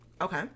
Okay